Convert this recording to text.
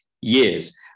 years